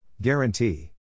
Guarantee